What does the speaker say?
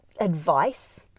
advice